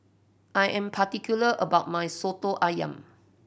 I am particular about my Soto Ayam